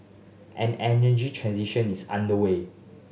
an energy transition is underway